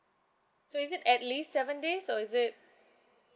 so is it at least seven days or is it